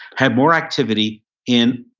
have more activity in